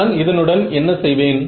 நான் இதனுடன் என்ன செய்வேன்